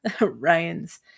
Ryan's